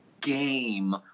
game